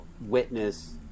witness